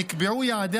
נקבעו יעדי